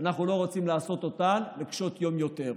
ואנחנו לא רוצים לעשות אותן לקשות יום יותר,